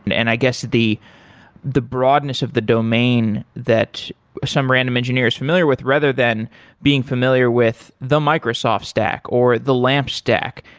and i guess the the broadness of the domain that some random engineer if familiar with, rather than being familiar with the microsoft stack or the lamp stack.